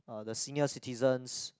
the senior citizens